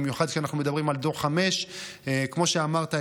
במיוחד כשאנחנו מדברים על דור 5. כמו שאמרת,